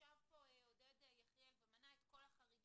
ישב פה עודד יחיאל ומנה את כל החריגים